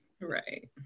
right